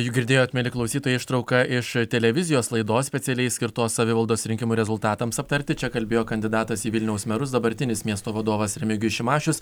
juk girdėjote mieli klausytojai ištrauką iš televizijos laidos specialiai skirtos savivaldos rinkimų rezultatams aptarti čia kalbėjo kandidatas į vilniaus merus dabartinis miesto vadovas remigijus šimašius